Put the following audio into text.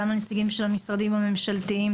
גם לנציגים של המשרדים הממשלתיים.